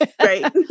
Right